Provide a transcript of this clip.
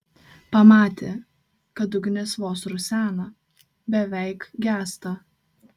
pamatė kad ugnis vos rusena beveik gęsta